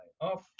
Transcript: off